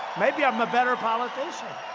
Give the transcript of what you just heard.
maybe i'm a better politician.